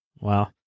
Wow